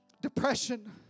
Depression